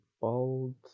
bold